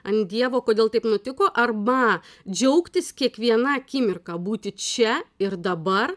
ant dievo kodėl taip nutiko arba džiaugtis kiekviena akimirka būti čia ir dabar